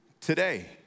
today